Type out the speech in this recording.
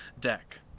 deck